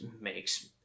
makes